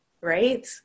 Right